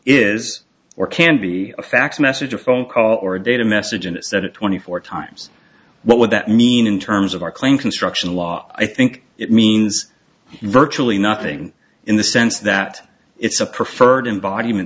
is or can be a fax message a phone call or a data message and it said it twenty four times what would that mean in terms of our claim construction law i think it means virtually nothing in the sense that it's a preferred